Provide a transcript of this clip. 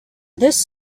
this